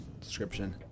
description